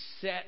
set